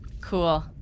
Cool